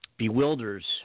Bewilders